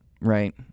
Right